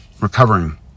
recovering